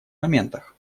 моментах